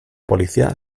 policía